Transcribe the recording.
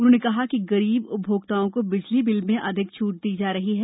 उन्होंने कहा कि गरीब उपभोक्ताओं को बिजली बिल में अधिक छूट दी जा रही है